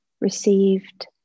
received